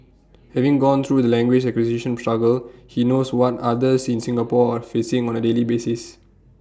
having gone through the language acquisition struggle he knows what others in Singapore facing on A daily basis